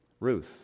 Ruth